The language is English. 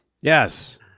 Yes